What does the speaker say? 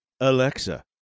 Alexa